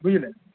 বুঝলেন